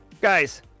Guys